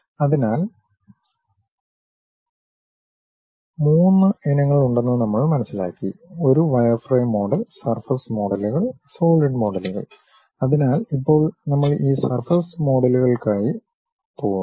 അതിനാൽ മൂന്ന് ഇനങ്ങളുണ്ടെന്ന് നമ്മൾ മനസ്സിലാക്കി ഒരു വയർഫ്രെയിം മോഡൽ സർഫസ് മോഡലുകൾ സോളിഡ് മോഡലുകൾ അതിനാൽ ഇപ്പോൾ നമ്മൾ ഈ സർഫസ് മോഡലുകൾക്കായി പോകുന്നു